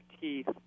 Teeth